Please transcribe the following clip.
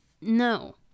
No